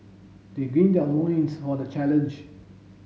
they their loins for the challenge